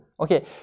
okay